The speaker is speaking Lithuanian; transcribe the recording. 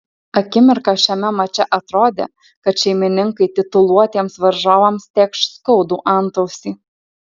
akimirką šiame mače atrodė kad šeimininkai tituluotiems varžovams tėkš skaudų antausį